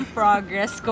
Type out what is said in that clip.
progress